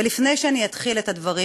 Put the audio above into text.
ולפני שאני אתחיל את הדברים,